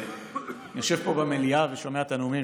אני יושב פה במליאה ושומע את הנאומים.